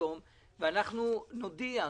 ואנחנו נודיע,